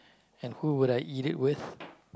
and who would I eat it with